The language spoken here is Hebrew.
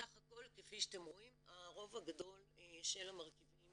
בסך הכל כפי שאתם רואים הרוב הגדול של המרכיבים